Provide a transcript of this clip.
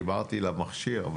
דיברתי למכשיר.